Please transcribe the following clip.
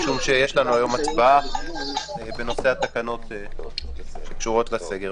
משום שיש לנו הצבעה על התקנות שקשורות לסגר.